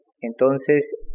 Entonces